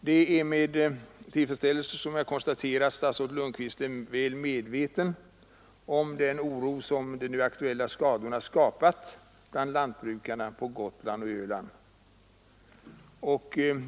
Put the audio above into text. Det är med tillfredsställelse jag konstaterar att statsrådet Lundkvist är väl medveten om den oro som de aktuella skadorna skapat bland lantbrukarna på Gotland och Öland.